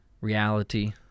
reality